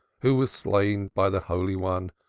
who was slain by the holy one,